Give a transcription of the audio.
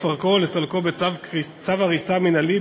לפרקו או לסלקו בצו הריסה מינהלי,